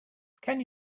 can